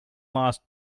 last